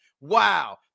wow